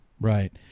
Right